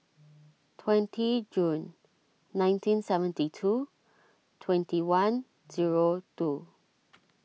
twenty June nineteen seventy two twenty one zero two